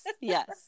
yes